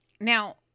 Now